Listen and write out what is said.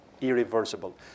irreversible